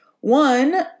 One